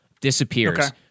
disappears